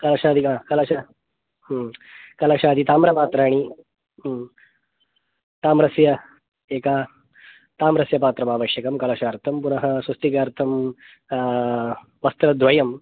कलशादिक कलश कलशादि ताम्रपात्राणि ताम्रस्य एका ताम्रस्य पात्रमावश्यकं कलशार्थं पुनः स्वस्तिकार्थं वस्त्रद्वयं